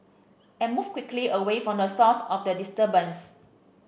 and move quickly away from the source of the disturbance